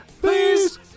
Please